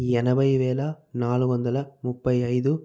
ఎనభై వేల నాలుగొందల ముప్పై ఐదు